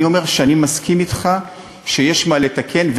אני אומר שאני מסכים אתך שיש מה לתקן.